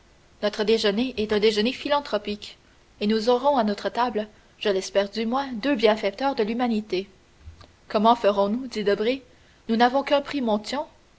notre déjeuner est un déjeuner philanthropique et nous aurons à notre table je l'espère du moins deux bienfaiteurs de l'humanité comment ferons-nous dit debray nous n'avons qu'un prix montyon